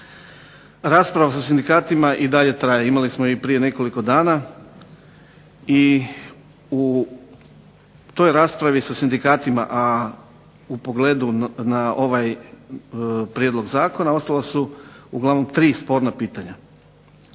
rasprava sa sindikatima i dalje traje. Imali smo i prije nekoliko dana i u toj raspravi sa sindikatima, a u pogledu na ovaj prijedlog zakona ostala su uglavnom tri sporna pitanja.